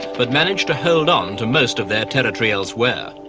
but managed to hold on to most of their territory elsewhere.